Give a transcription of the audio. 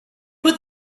put